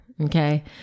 Okay